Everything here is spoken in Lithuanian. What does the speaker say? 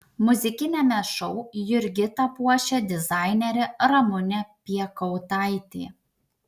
muzikiniame šou jurgitą puošia dizainerė ramunė piekautaitė